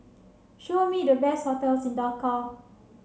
show me the best hotels in Dhaka